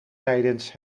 tijdens